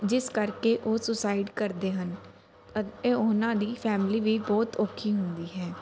ਜਿਸ ਕਰਕੇ ਉਹ ਸੁਸਾਈਡ ਕਰਦੇ ਹਨ ਅਤੇ ਉਹਨਾਂ ਦੀ ਫੈਮਲੀ ਵੀ ਬਹੁਤ ਔਖੀ ਹੁੰਦੀ ਹੈ